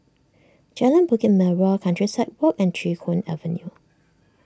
Jalan Bukit Merah Countryside Walk and Chee Hoon Avenue